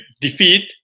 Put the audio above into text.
defeat